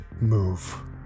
move